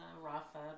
Rafa